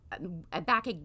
back